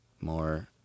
more